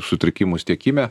sutrikimus tiekime